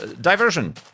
Diversion